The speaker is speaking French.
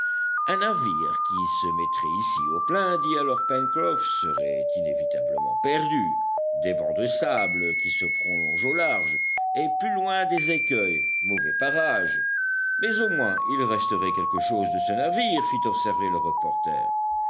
un navire qui se mettrait ici au plein dit alors pencroff serait inévitablement perdu des bancs de sable qui se prolongent au large et plus loin des écueils mauvais parages mais au moins il resterait quelque chose de ce navire fit observer le reporter